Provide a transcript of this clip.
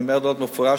אני אומר זאת במפורש,